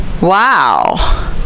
wow